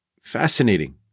Fascinating